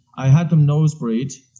i had them nose breathe,